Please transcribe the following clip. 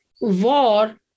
war